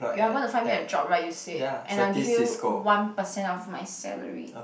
you are going to find me a job right you said and I'll give you one percent of my salary